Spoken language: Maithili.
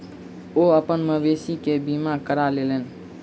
ओ अपन मवेशी के बीमा करा लेलैन